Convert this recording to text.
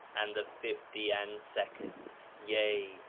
and the fifty and second yea,